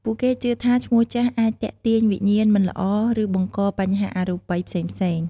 ពួកគេជឿថាឈ្មោះចាស់អាចទាក់ទាញវិញ្ញាណមិនល្អឬបង្កបញ្ហាអរូបីផ្សេងៗ។